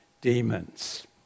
demons